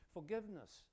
Forgiveness